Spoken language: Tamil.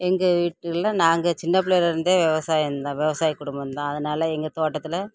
எங்கள் வீட்டில் நாங்கள் சின்ன பிள்ளையில் இருந்தே விவசாயம் தான் விவசாய குடும்பம் தான் அதனால எங்கள் தோட்டத்தில்